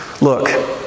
Look